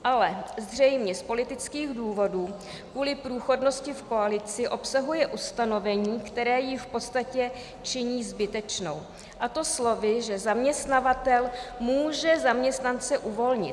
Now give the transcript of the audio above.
Ale zřejmě z politických důvodů kvůli průchodnosti v koalici obsahuje ustanovení, které ji v podstatě činí zbytečnou, a to slovy, že zaměstnavatel může zaměstnance uvolnit.